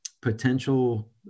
potential